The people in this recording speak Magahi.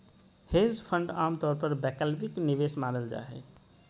हेज फंड आमतौर पर वैकल्पिक निवेश मानल जा हय